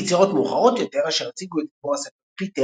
ביצירות מאוחרות יותר אשר הציגו את גיבור הסיפור פיטר,